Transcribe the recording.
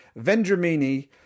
vendramini